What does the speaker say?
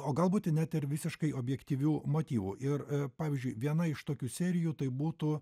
o galbūt net ir visiškai objektyvių motyvų ir pavyzdžiui viena iš tokių serijų tai būtų